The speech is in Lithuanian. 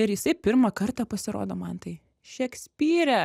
ir jisai pirmą kartą pasirodo mantai šekspyre